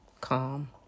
calm